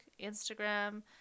Instagram